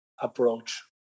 approach